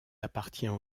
appartient